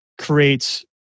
creates